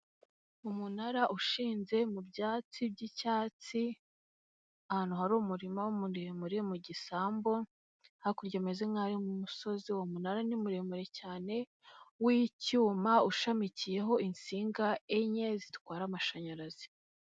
Umunara ushinze mu byatsi by'icyatsi ahantu hari umurima muremure mu gisambu hakurya hameze nk'ayo umusozi, uwo munara ni muremure cyane w'icyuma ushamikiyeho insinga enye zitwara amashanyarazi.